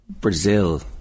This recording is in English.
Brazil